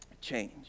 change